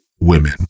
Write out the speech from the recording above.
women